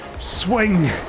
swing